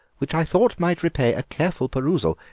which i thought might repay a careful perusal.